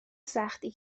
سختی